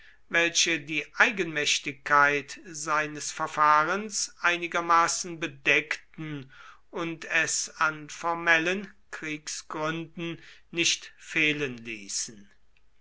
welche die eigenmächtigkeit seines verfahrens einigermaßen bedeckten und es an formellen kriegsgründen nicht fehlen ließen